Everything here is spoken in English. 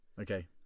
Okay